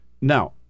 Now